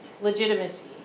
legitimacy